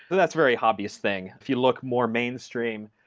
that's very hobbyist thing. if you look more mainstream,